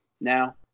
Now